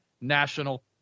national